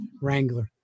Wrangler